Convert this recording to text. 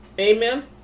Amen